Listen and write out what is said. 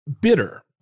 bitter